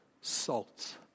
salt